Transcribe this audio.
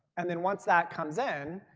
and then once that comes in,